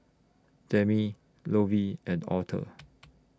Demi Lovey and Arthur